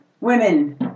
women